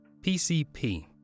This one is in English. PCP